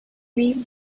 leave